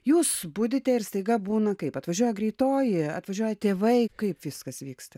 jūs budite ir staiga būna kaip atvažiuoja greitoji atvažiuoja tėvai kaip viskas vyksta